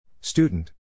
Student